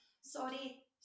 Sorry